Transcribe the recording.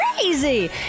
crazy